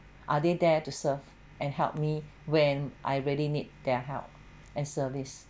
are they there to serve and help me when I really need their help and service